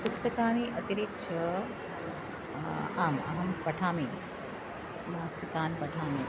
पुस्तकानि अतिरिच्य आम् अहं पठामि मासिकान् पठामि